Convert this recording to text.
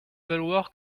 valoir